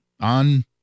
on